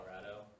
Colorado